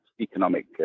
economic